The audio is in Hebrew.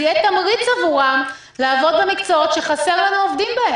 זה יהיה תמריץ לעבוד במקצועות שבהם חסר לנו עובדים.